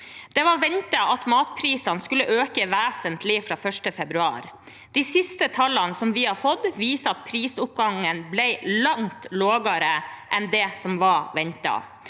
Det var ventet at matprisene skulle øke vesentlig fra 1. februar. De siste tallene vi har fått, viser at prisoppgangen ble langt lavere enn det som var ventet.